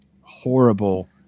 horrible